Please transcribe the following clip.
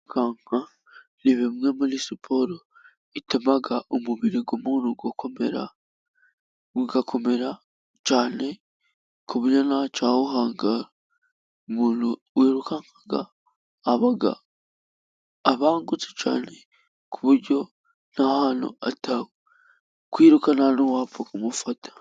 Kwirukanka ni bimwe muri siporo ituma umubiri w'umuntu ukomera, ugakomera cyane ku buryo ntacyawuhangara. Umuntu wirukanka aba abangutse cyane ku buryo nta hantu atakwiruruka nta n'uwapfa kumufata.